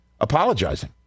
apologizing